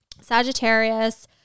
Sagittarius